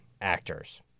actors